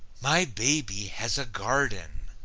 my baby has a garden,